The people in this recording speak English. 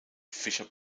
fisher